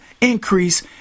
increase